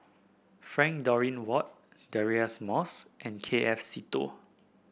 Frank Dorrington Ward Deirdre Moss and K F Seetoh